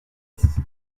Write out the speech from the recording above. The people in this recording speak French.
dix